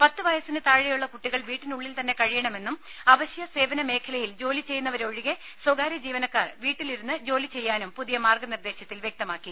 പത്ത് വയസ്സിന് താഴെയുള്ള കുട്ടികൾ വീട്ടിനുള്ളിൽ തന്നെ കഴിയണമെന്നും അവശ്യ സേവന മേഖലയിൽ ജോലി ചെയ്യുന്നവരൊഴികെ സ്വകാര്യ ജീവനക്കാർ വീട്ടിലിരുന്ന് ജോലി ചെയ്യാനും പുതിയ മാർഗ്ഗനിർദ്ദേശത്തിൽ വ്യക്തമാക്കി